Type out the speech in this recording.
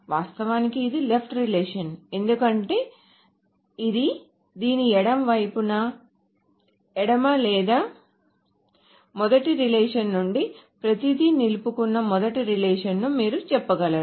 వాస్తవానికి ఇది left relation ఎందుకంటే ఇది దీని ఎడమ వైపున ఎడమ లేదా మొదటి రిలేషన్ నుండి ప్రతిదీ నిలుపుకున్న మొదటి రిలేషన్ ను మీరు చెప్పగలరు